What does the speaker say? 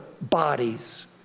bodies